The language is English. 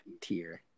Tier